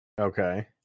Okay